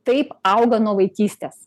taip auga nuo vaikystės